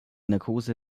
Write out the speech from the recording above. narkose